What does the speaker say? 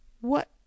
What